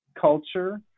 culture